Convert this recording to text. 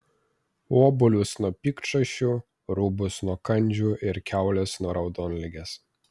obuolius nuo piktšašių rūbus nuo kandžių ir kiaules nuo raudonligės